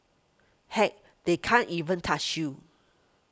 heck they can't even touch you